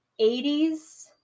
80s